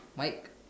Mike